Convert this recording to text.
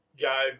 guy